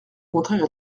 contraire